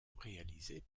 réalisé